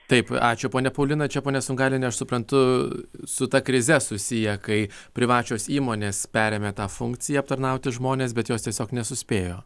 taip ačiū ponia paulina čia ponia sungailiene aš suprantu su ta krize susiję kai privačios įmonės perėmė tą funkciją aptarnauti žmones bet jos tiesiog nesuspėjo